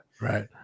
Right